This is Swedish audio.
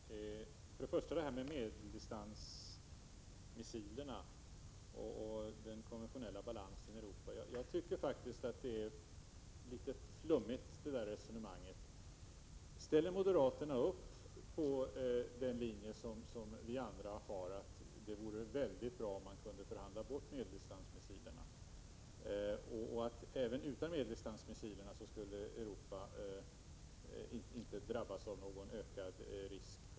Herr talman! Först och främst detta med medeldistansmissilerna och den konventionella balansen i Europa. Jag tycker faktiskt att det resonemanget ärlitet flummigt. Ställer moderaterna upp på den linje som vi andra följer, att det vore väldigt bra om man kunde förhandla bort medeldistansmissilerna, och att Europa utan medeldistansmissilerna inte skulle drabbas av någon ökad risk?